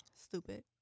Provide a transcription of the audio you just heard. Stupid